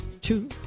two